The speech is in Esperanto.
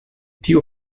tiu